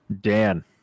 Dan